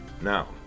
Now